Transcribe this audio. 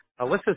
Alyssa